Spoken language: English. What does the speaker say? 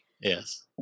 Yes